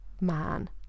man